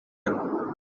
time